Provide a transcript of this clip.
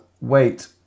Wait